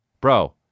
Bro